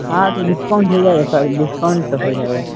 ہاں تو ڈسکاؤنٹ ہو جائے گا سر ڈسکاؤنٹ تو ہو جائے گا